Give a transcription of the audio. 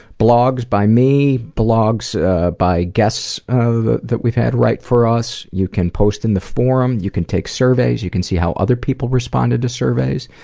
blogs by me, blogs by guests that we've had write for us, you can post in the forum, you can take surveys, you can see how other people responded to surveys,